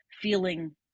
feeling